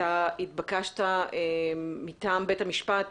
אתה התבקשת מטעם בית המשפט